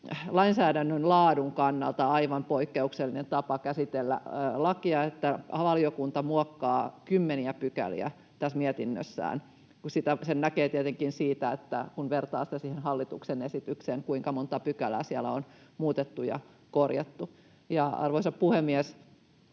lainsäädännön laadun kannalta aivan poikkeuksellinen tapa käsitellä lakia, että valiokunta muokkaa kymmeniä pykäliä mietinnössään — tietenkin siitä, kun vertaa sitä siihen hallituksen esitykseen, näkee sen, kuinka montaa pykälää siellä on muutettu ja korjattu. Arvoisa puhemies!